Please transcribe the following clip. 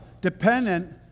dependent